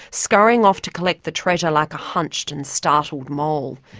scurrying off to collect the treasure like a hunched and startled mole.